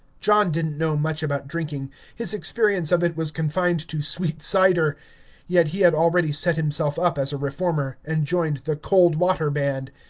john didn't know much about drinking his experience of it was confined to sweet cider yet he had already set himself up as a reformer, and joined the cold water band.